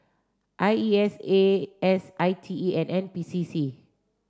I E S A S I T E and N P C C